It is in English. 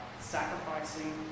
sacrificing